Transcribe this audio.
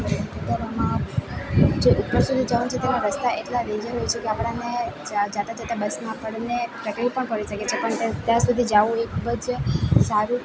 સાપુતારામાં જે ઉપર સુધી જવું છે તેના રસ્તા એટલા ડેન્જર હોય છે કે આપણાને જતા જતા બસમાં આપણને તકલીફ પણ પડી શકે છે પણ તે ત્યાં સુધી જવું એ ખૂબ જ સારું